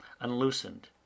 unloosened